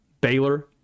Baylor